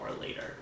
later